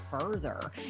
further